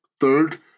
Third